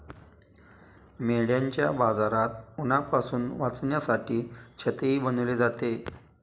मेंढ्यांच्या बाजारात उन्हापासून वाचण्यासाठी छतही बनवले जाते